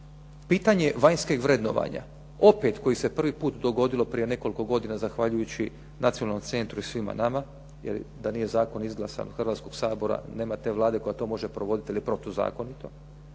Pitanje vanjskih vrednovanja opet koji se prvi puta dogodilo prije nekoliko godina zahvaljujući nacionalnom centru i svima nama, jer da nije zakon izglasan Hrvatskog sabora, nema te vlade koja to može provoditi jer je protuzakonito.